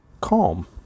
calm